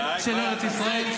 של ארץ ישראל,